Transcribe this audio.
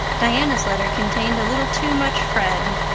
diana's letter contained a little too much fred,